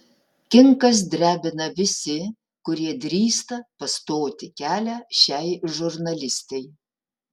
kinkas drebina visi kurie drįsta pastoti kelią šiai žurnalistei